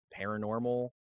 paranormal